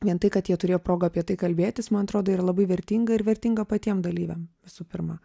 vien tai kad jie turėjo progą apie tai kalbėtis man atrodo yra labai vertinga ir vertinga patiem dalyviam visų pirma